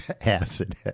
acid